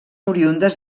oriündes